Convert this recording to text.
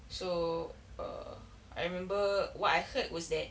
so err I remember what I heard was that